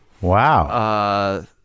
Wow